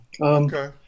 Okay